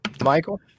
Michael